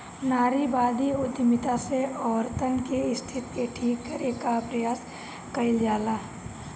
नारीवादी उद्यमिता से औरतन के स्थिति के ठीक करे कअ प्रयास कईल जाला